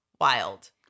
Wild